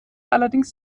allerdings